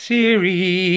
Siri